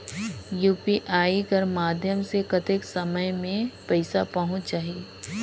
UPI कर माध्यम से कतेक समय मे पइसा पहुंच जाहि?